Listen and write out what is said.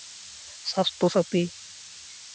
Swasthya Sathi